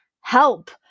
help